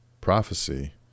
prophecy